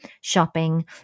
shopping